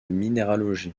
minéralogie